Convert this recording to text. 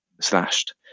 slashed